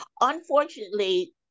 unfortunately